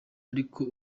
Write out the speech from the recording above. ariko